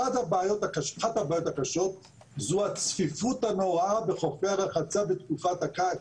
אחת הבעיות הקשות זו הצפיפות הנוראה בחופי הרחצה בתקופת הקיץ.